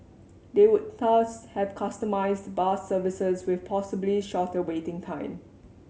they would thus have customised bus services with possibly shorter waiting time